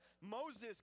Moses